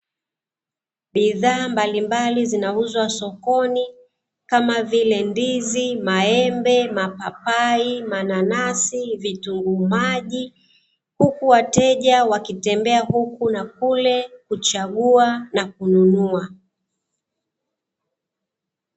Bidhaa mbalimbali zinauzwa sokoni kama vile ndizi, maembe, mapapai, mananasi, vitunguu maji, huku wateja wakitembea huku na kule kuchagua na kununua.